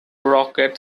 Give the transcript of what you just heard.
rocket